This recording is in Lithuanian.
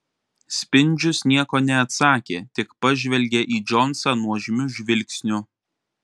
spindžius nieko neatsakė tik pažvelgė į džonsą nuožmiu žvilgsniu